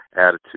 attitude